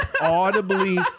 audibly